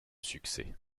succès